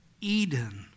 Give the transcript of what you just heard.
Eden